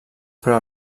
però